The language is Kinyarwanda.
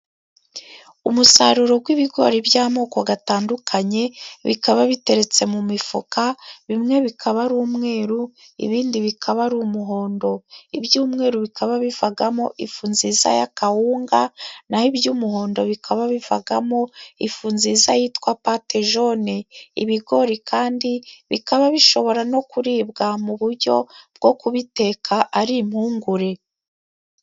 Umusaruro w'ibigori by'amoko atandukanye. Bikaba biteretse mu mifuka. Bimwe bikaba ari umweru, ibindi bikaba ari umuhondo. Ibyumweru bikaba bivamo ifu nziza ya kawunga. Na ho iby'umuhondo bikaba bivamo ifu nziza yitwa patejone. Ibigori kandi bikaba bishobora no kuribwa mu buryo bwo kubiteka ari impungure.